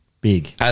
Big